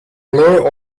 blur